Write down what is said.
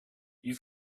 you